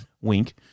wink